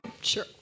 sure